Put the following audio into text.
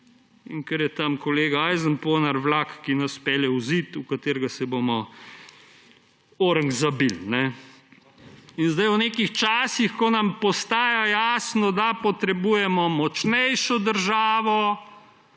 In ker je tam kolega ajzenponar, vlak, ki nas pelje v zid, v katerega se bomo močno zabili. Zdaj v nekih časih, ko nam postaja jasno, da potrebujemo močnejšo državo,